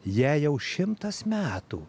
jai jau šimtas metų